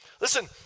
Listen